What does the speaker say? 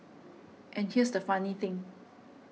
and here's the funny thing